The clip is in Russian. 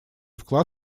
вклад